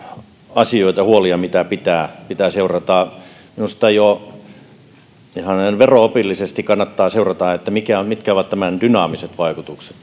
asioita ja huolia mitä pitää pitää seurata minusta jo ihan näin vero opillisesti kannattaa seurata mitkä ovat tämän uudistuksen dynaamiset vaikutukset